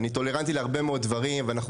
אני טולרנטי להרבה מאוד דברים ואנחנו